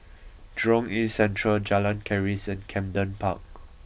Jurong East Central Jalan Keris and Camden Park